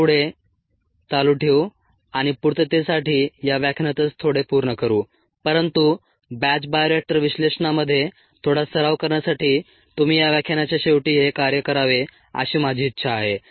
आपण पुढे चालू ठेवू आणि पूर्णतेसाठी या व्याख्यानातच थोडे पुर्ण करू परंतु बॅच बायोरिएक्टर विश्लेषणामध्ये थोडा सराव करण्यासाठी तुम्ही या व्याख्यानाच्या शेवटी हे कार्य करावे अशी माझी इच्छा आहे